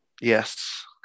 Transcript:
Yes